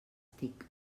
tic